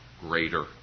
greater